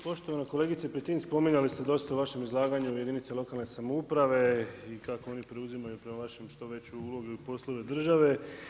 Poštovana kolegice Petin spominjali ste dosta u vašem izlaganju jedinice lokalne samouprave i kako one preuzimaju prema vašem, što veću ulogu u poslove države.